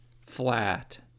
flat